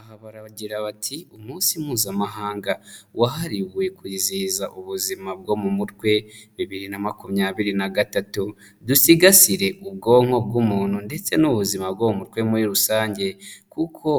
Aha bara bagira bati "Umunsi mpuzamahanga wahariwe kwizihiza ubuzima bwo mu mutwe bibiri na makumyabiri na gatatu, dusigasire ubwonko bw'umuntu ndetse n'ubuzima bwo mu mutwe muri rusange kuko